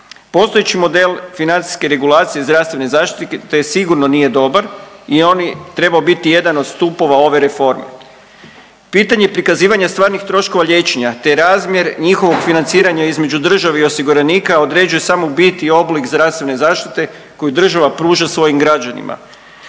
Postojeći model financijske regulacije zdravstvene zaštite sigurno nije dobar i on bi trebao biti jedan od stupova ove reforme. Pitanje prikazivanja stvarnih troškova liječenja te razmjer njihovog financiranja između države i osiguranika određuje samu bit i oblik zdravstvene zaštite koju država pruža svojim građanima.